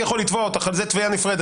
יכול לתבוע אותך על זה תביעה נפרדת.